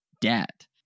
debt